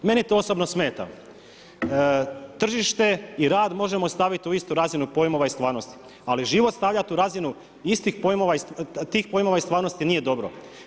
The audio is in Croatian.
Meni to osobno smeta, tržište i rad možemo staviti u istu razinu pojmova i stvarnosti, ali život stavljati u razinu tih pojmova i stvarnosti nije dobro.